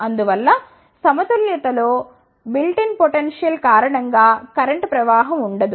అందువల్ల సమతుల్యతలో built in potential కారణం గా కరెంట్ ప్రవాహం ఉండదు